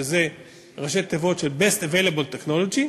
שזה ראשי תיבות שלBest Available Technology ,